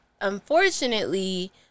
unfortunately